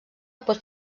pot